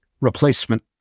replacement